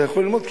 אתה יכול ללמוד,